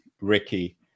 Ricky